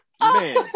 Man